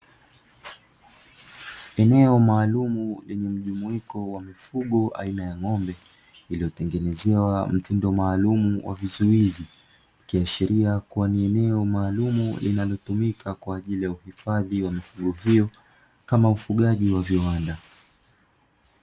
Eneo maalumu lenye mjumuiko wa mifugo aina ya ng'ombe, iliyotengenezewa mtindo maalumu wa vizuizi, ikiashiria kuwa ni eneo maalumu linalotumika kwaajili ya kuhifadhia mifugo hiyo, kama ufugaji wa viwanda.